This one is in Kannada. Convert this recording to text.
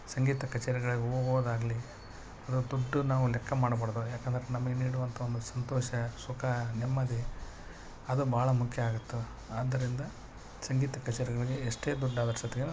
ಸಂಗೀತ ಕಚೇರಿಗಳಿಗೆ ಹೋಗೋದಾಗ್ಲಿ ಅದರ ದುಡ್ಡು ನಾವು ಲೆಕ್ಕ ಮಾಡಬಾರ್ದು ಯಾಕಂದ್ರೆ ನಮಗೆ ನೀಡುವಂಥ ಒಂದು ಸಂತೋಷ ಸುಖ ನೆಮ್ಮದಿ ಅದು ಭಾಳ ಮುಖ್ಯ ಆಗತ್ತೆ ಆದ್ದರಿಂದ ಸಂಗೀತ ಕಚೇರಿಗಳಿಗೆ ಎಷ್ಟೇ ದುಡ್ಡಾದರೂ ಸತೆನು